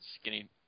skinny